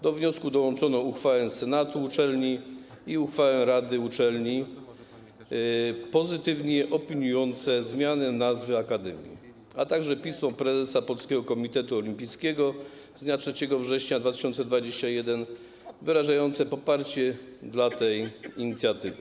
Do wniosku dołączono uchwałę Senatu uczelni i uchwałę rady uczelni pozytywnie opiniujące zmianę nazwy akademii, a także pismo prezesa Polskiego Komitetu Olimpijskiego z dnia 3 września 2021 r. wyrażające poparcie dla tej inicjatywy.